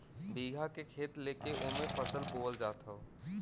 बीघा के खेत लेके ओमे फसल बोअल जात हौ